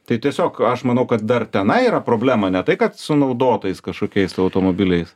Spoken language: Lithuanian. tai tiesiog aš manau kad dar tenai yra problema ne tai kad su naudotais kažkokiais automobiliais